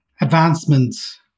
advancements